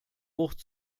wucht